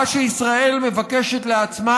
מה שישראל מבקשת לעצמה,